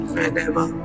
Whenever